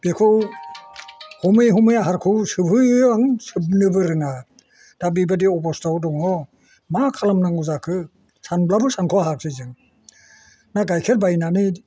बेखौ हमै हमै आहारखौ सोबहोयो आं सोबनोबो रोङा दा बेबादि अबस्थायाव दङ मा खालामनांगौ जाखो सानब्लाबो सानख' हायाखैसै जों ना गाइखेर बायनानै